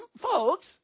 folks